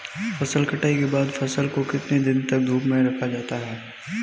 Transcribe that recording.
फसल कटाई के बाद फ़सल को कितने दिन तक धूप में रखा जाता है?